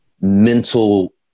mental